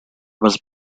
was